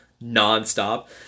non-stop